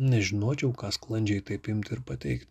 nežinočiau ką sklandžiai taip imti ir pateikti